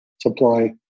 supply